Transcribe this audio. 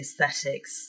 aesthetics